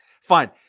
Fine